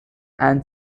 and